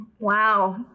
Wow